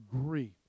agree